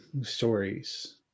stories